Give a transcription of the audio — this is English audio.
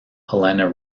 helena